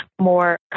more